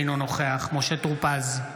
אינו נוכח משה טור פז,